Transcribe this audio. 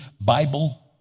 Bible